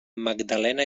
magdalena